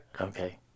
Okay